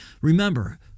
Remember